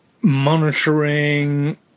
monitoring